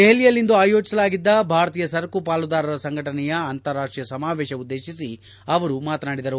ದೆಹಲಿಯಲ್ಲಿಂದು ಆಯೋಜಿಸಲಾಗಿದ್ದ ಭಾರತೀಯ ಸರಕು ಪಾಲುದಾರರ ಸಂಘಟನೆಯ ಅಂತಾರಾಷ್ಷೀಯ ಸಮಾವೇಶ ಉದ್ದೇಶಿಸಿ ಅವರು ಮಾತನಾಡಿದರು